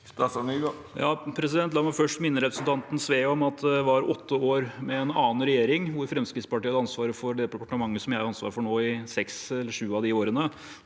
La meg først minne representanten Sve om at det var åtte år med en annen regjering, hvor Fremskrittspartiet hadde ansvaret for det departementet som jeg har ansvar for nå, i seks eller sju av de årene.